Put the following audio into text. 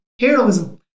Heroism